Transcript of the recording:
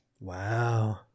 Wow